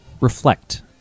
reflect